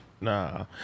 Nah